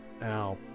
Now